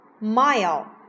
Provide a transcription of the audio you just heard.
mile